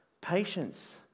patience